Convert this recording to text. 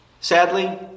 sadly